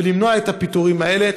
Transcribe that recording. ולמנוע את הפיטורים האלה.